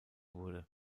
wurde